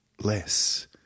less